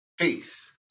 peace